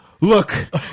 Look